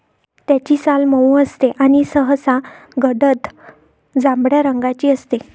त्याची साल मऊ असते आणि सहसा गडद जांभळ्या रंगाची असते